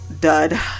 dud